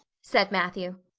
said matthew.